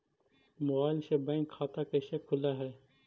Mobile से bank खाता कैसे खुल है?